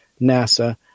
NASA